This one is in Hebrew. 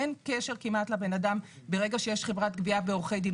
אין קשר לבן אדם ברגע שיש חברת גבייה ועורכי דין,